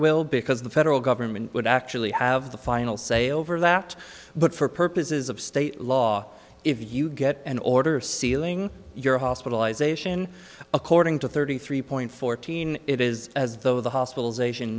will because the federal government would actually have the final say over that but for purposes of state law if you get an order sealing your hospitalization according to thirty three point fourteen it is as though the hospitalization